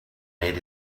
made